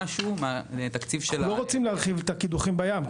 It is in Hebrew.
משהו מהתקציב של ה- -- אנחנו לא רוצים להרחיב את הקידוחים בים,